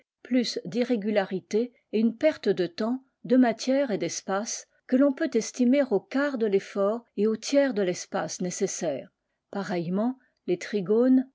plus d'irrégularité et une perte de temps de matière et d'espace que l'on peut estimer au quart de l'efifort et au tiers de l'espace nécessaires pareillement les trigones